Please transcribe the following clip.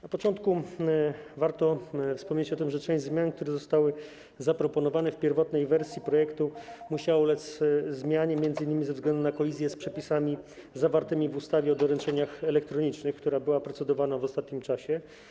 Na początku warto wspomnieć o tym, że część zmian, które zostały zaproponowane w pierwotnej wersji projektu, musiała ulec zmianie m.in. ze względu na kolizję z przepisami zawartymi w ustawie o doręczeniach elektronicznych, nad którą procedowano w ostatnim czasie.